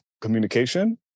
communication